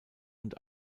und